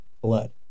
blood